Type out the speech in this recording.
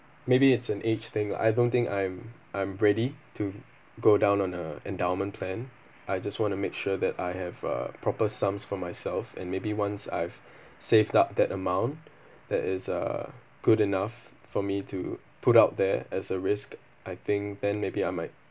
maybe it's an age thing lah I don't think I'm I'm ready to go down on uh endowment plan I just want to make sure that I have a proper sums for myself and maybe once I've saved up that amount that is uh good enough for me to put out there as a risk I think then maybe I might